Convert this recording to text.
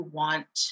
want